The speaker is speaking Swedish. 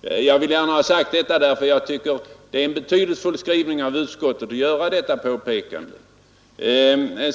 Jag tycker att det är betydelsefullt att utskottet i sin skrivning gör detta påpekande.